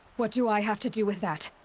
what do i have to do with that?